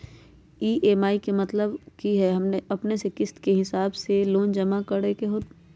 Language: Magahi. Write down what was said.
ई.एम.आई के मतलब है कि अपने के किस्त के हिसाब से लोन जमा करे के होतेई?